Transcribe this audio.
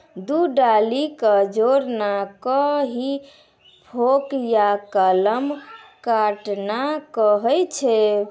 दू डाली कॅ जोड़ना कॅ ही फोर्क या कलम काटना कहै छ